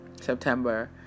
September